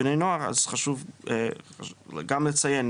בני נוער אז חשוב גם לציין,